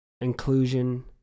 Inclusion